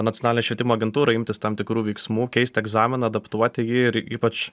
nacionalinė švietimo agentūra imtis tam tikrų veiksmų keisti egzaminą adaptuoti jį ir ypač